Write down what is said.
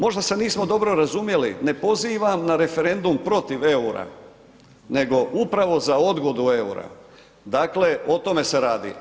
Možda se nismo dobro razumjeli, ne pozivam na referendum protiv eura nego upravo za odgodu eura, dakle o tome se radi.